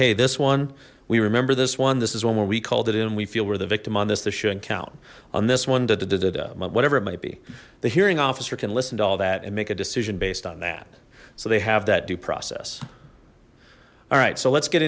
hey this one we remember this one this is one where we called it in and we feel we're the victim on this this shouldn't count on this one that did it whatever it might be the hearing officer can listen to all that and make a decision based on that so they have that due process alright so let's get